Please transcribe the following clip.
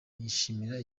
yishimira